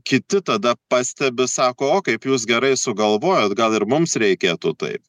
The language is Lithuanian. kiti tada pastebi sako o kaip jūs gerai sugalvojot gal ir mums reikėtų taip